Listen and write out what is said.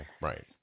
Right